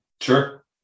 Sure